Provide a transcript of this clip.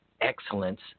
excellence